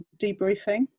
debriefing